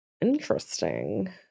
Interesting